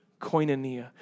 koinonia